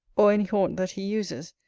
or any haunt that he uses,